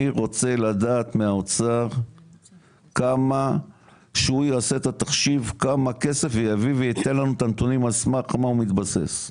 אני רוצה לדעת מהאוצר שהוא יעשה את התחשיב ויסביר לנו על סמך מה מבוססים